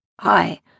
Hi